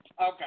Okay